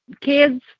kids